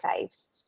faves